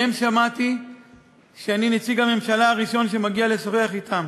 מהם שמעתי שאני נציג הממשלה הראשון שמגיע לשוחח אתם.